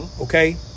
Okay